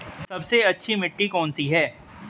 सबसे अच्छी मिट्टी कौन सी है?